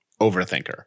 overthinker